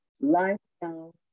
lifestyle